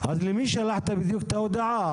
אז למי בדיוק שלחת את ההודעה?